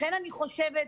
לכן, אני חושבת,